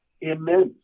immense